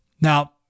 Now